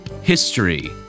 history